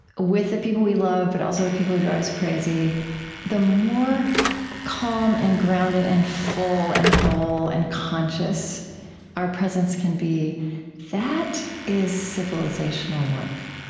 with the people we love, but also the people who drive us crazy the more calm and grounded and full and whole and conscious our presence can be that is civilizational work.